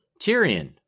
Tyrion